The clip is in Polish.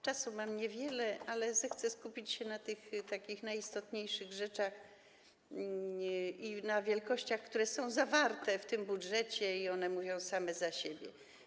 Czasu mam niewiele, ale zechcę skupić się na takich najistotniejszych rzeczach i na wielkościach, które są zawarte w tym budżecie i które mówią same za siebie.